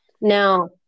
Now